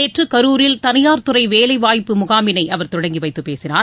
நேற்று கரூரில் தனியார் துறை வேலைவாய்ப்பு முகாமினை அவர் தொடங்கி வைத்துப் பேசினார்